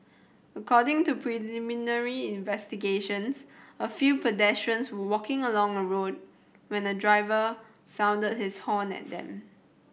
according to preliminary investigations a few pedestrians were walking along a road when a driver sounded his horn at them